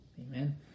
Amen